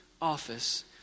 office